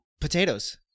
Potatoes